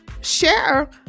share